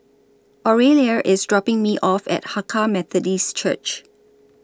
Aurelia IS dropping Me off At Hakka Methodist Church